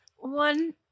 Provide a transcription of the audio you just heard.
One